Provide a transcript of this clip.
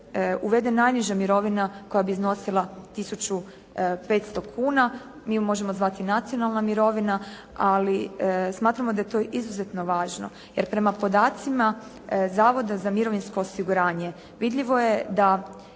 uvede najniža mirovina koja bi iznosila 1 500 kuna, mi ju možemo zvati nacionalna mirovina, ali smatramo da je to izuzetno važno jer prema podacima Zavoda za mirovinsko osiguranje vidljivo je da